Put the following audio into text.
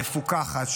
מפוקחת,